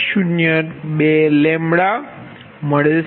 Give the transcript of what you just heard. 002λ મળે છે